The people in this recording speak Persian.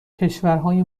کشورهای